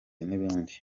n’ibindi